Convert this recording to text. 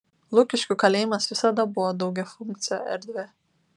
lukiškių kalėjimas visada buvo daugiafunkcė erdvė